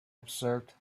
observed